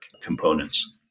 components